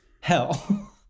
hell